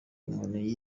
inkoni